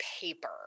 paper